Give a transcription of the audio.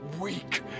weak